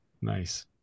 nice